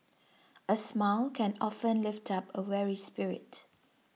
a smile can often lift up a weary spirit